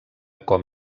com